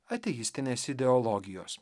ateistinės ideologijos